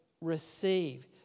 receive